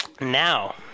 Now